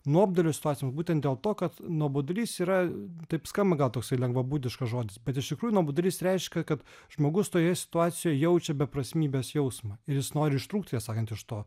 nuobodulio situacijom būtent dėl to kad nuobodulys yra taip skamba gal toksai lengvabūdiškas žodis bet iš tikrųjų nuobodulys reiškia kad žmogus toje situacijoje jaučia beprasmybės jausmą ir jis nori ištrūkti tiesą sakant iš to